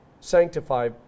Sanctify